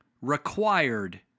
Required